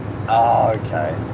Okay